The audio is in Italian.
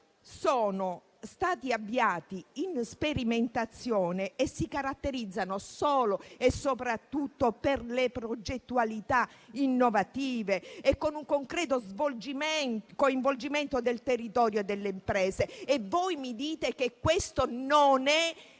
corsi in sperimentazione che si caratterizzano soprattutto per le progettualità innovative e per il concreto coinvolgimento del territorio e delle imprese. E voi mi dite che questo non è